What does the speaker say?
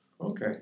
Okay